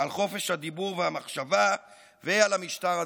על חופש הדיבור והמחשבה ועל המשטר הדמוקרטי.